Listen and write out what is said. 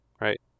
Right